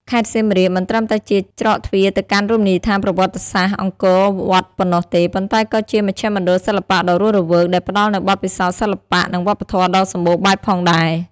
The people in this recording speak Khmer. ខេត្តសៀមរាបមិនត្រឹមតែជាច្រកទ្វារទៅកាន់រមណីយដ្ឋានប្រវត្តិសាស្ត្រអង្គរវត្តប៉ុណ្ណោះទេ ប៉ុន្តែក៏ជាមជ្ឈមណ្ឌលសិល្បៈដ៏រស់រវើក ដែលផ្តល់នូវបទពិសោធន៍សិល្បៈ និងវប្បធម៌ដ៏សម្បូរបែបផងដែរ។